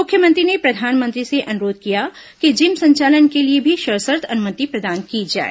मुख्यमंत्री ने प्रधानमंत्री से अनुरोध किया कि जिम संचालन के लिए भी सशर्त अनुमति प्रदान की जाए